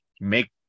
make